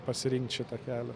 pasirinkt šitą kelią